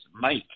Mike